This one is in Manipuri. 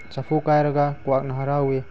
ꯆꯐꯨ ꯀꯥꯏꯔꯒ ꯀ꯭ꯋꯥꯛꯅ ꯍꯔꯥꯎꯏ